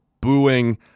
booing